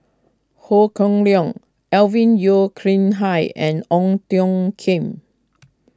Ho Kah Leong Alvin Yeo Khirn Hai and Ong Tiong Khiam